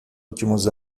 últimos